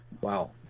wow